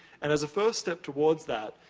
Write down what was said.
and as a first step towards that,